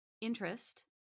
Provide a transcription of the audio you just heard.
interest